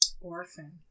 Orphan